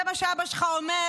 זה מה שאבא שלך אומר,